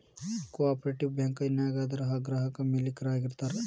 co operative bank ನ್ಯಾಗ ಅದರ್ ಗ್ರಾಹಕ್ರ ಮಾಲೇಕ್ರ ಆಗಿರ್ತಾರ